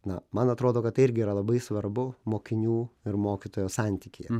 na man atrodo kad tai irgi yra labai svarbu mokinių ir mokytojo santykyje